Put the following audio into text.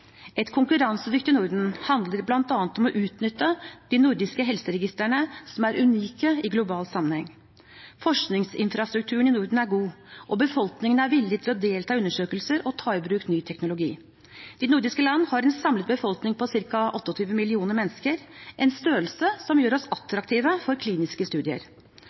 Et konkurransedyktig Norden handler bl.a. om å utnytte de nordiske helseregistrene, som er unike i global sammenheng. Forskningsinfrastrukturen i Norden er god, og befolkningen er villig til å delta i undersøkelser og ta i bruk ny teknologi. De nordiske land har en samlet befolkning på ca. 28 millioner mennesker, en størrelse som gjør oss attraktive for kliniske studier.